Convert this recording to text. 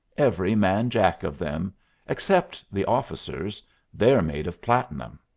every man-jack of them except the officers they're made of platinum.